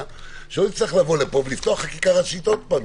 שלא נצטרך לבוא לפה ולפתוח חקיקה ראשית עוד פעם.